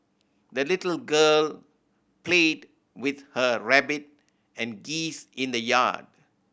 the little girl played with her rabbit and geese in the yard